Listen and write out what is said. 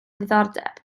diddordeb